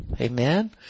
Amen